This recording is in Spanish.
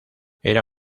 era